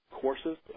courses